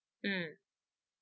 mmhmm